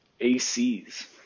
ACs